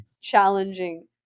challenging